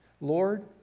Lord